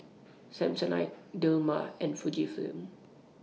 Samsonite Dilmah and Fujifilm